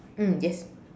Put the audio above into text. mm yes